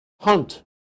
hunt